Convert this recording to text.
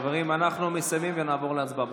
חברים, אנחנו מסיימים, ונעבור להצבעה.